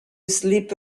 sleep